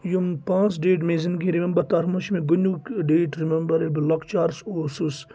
یِم پانٛژھ ڈیٹ مےٚ زِندگی رِمٮ۪مبَر تَتھ منٛز چھِ مےٚ گۄڈنیُک ڈیٹ رِمٮ۪مبَر ییٚلہِ بہٕ لۄکچارَس اوسُس